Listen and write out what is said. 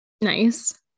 Nice